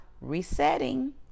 resetting